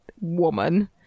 woman